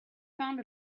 found